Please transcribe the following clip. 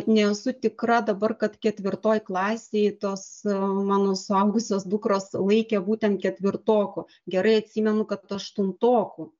nesu tikra dabar kad ketvirtoj klasėj tos mano suaugusios dukros laikė būtent ketvirtokų gerai atsimenu kad aštuntokų